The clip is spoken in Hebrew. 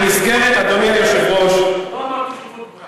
במסגרת, לא אמרתי שותפות גורל.